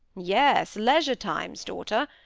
yes leisure times, daughter.